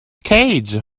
cage